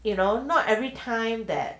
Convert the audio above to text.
you know not every time that